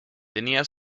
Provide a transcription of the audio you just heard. tenía